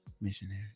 Missionary